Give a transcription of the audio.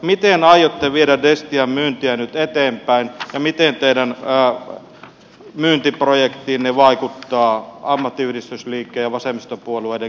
miten aiotte viedä destian myyntiä nyt eteenpäin ja miten teidän myyntiprojektiinne vaikuttaa ammattiyhdistysliikkeen ja vasemmistopuolueiden kriittinen kanta